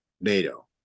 NATO